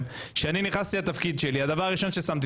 כשנכנסתי לתפקיד שלי הדבר הראשון ששמתי